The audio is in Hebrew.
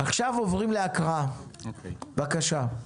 עכשיו עוברים להקראה, בבקשה.